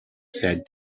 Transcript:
said